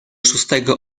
szóstego